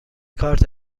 کارت